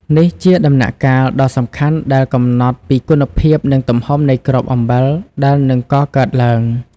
នេះជាដំណាក់កាលដ៏សំខាន់ដែលកំណត់ពីគុណភាពនិងទំហំនៃគ្រាប់អំបិលដែលនឹងកកើតឡើង។